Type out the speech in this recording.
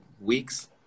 weeks